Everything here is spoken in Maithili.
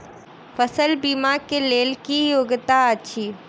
फसल बीमा केँ लेल की योग्यता अछि?